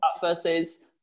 versus